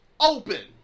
open